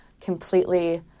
completely